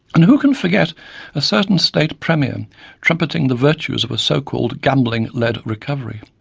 and who can forget a certain state premier trumpeting the virtues of a so-called gambling led recovery.